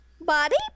Body